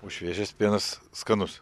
o šviežias pienas skanus